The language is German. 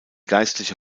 geistliche